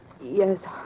Yes